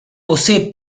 posee